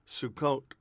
Sukkot